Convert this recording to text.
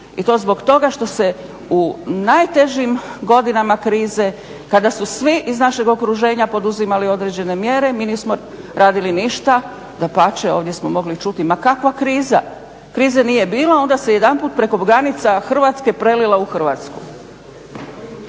i to zbog toga što se u najtežim godinama krize kada su svi iz našeg okruženja poduzimali određene mjere mi nismo radili ništa. Dapače, ovdje smo mogli čuti ma kakva kriza, kriza nije bilo onda se jedanput preko granica prelila u Hrvatsku.